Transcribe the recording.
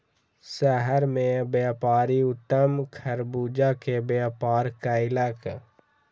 शहर मे व्यापारी उत्तम खरबूजा के व्यापार कयलक